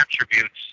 attributes